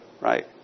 Right